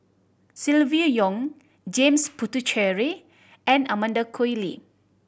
Silvia Yong James Puthucheary and Amanda Koe Lee